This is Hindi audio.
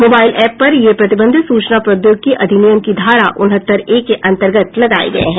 मोबाइल ऐप पर ये प्रतिबंध सूचना प्रौद्योगिकी अधिनियम की धारा उनहत्तर ए के अंतर्गत लगाए गए हैं